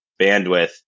bandwidth